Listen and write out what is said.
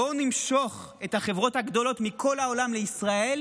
בואו נמשוך את החברות הגדולות מכל העולם לישראל,